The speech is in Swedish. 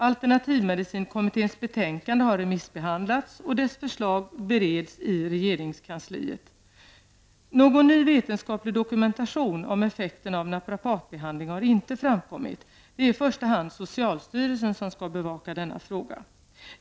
Alternativmedicinkommitténs betänkande har remissbehandlats och dess förslag bereds i regeringskansliet. Någon ny vetenskaplig dokumentation om effekten av naprapatbehandling har inte framkommit. Det är i första hand socialstyrelsen som skall bevaka denna fråga.